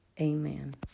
amen